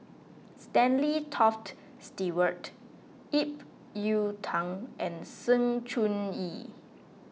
Stanley Toft Stewart Ip Yiu Tung and Sng Choon Yee